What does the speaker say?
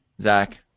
Zach